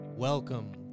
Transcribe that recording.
Welcome